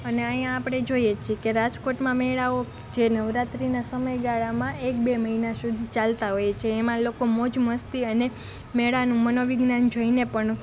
અને અહીંયા આપણે જોઈએ જ છીએ કે રાજકોટમાં મેળાઓ જે નવરાત્રિના સમયગાળામાં એક બે મહિના સુધી ચાલતા હોય છે એમાં લોકો મોજ મસ્તી અને મેળાનું મનોવિજ્ઞાન જોઈને પણ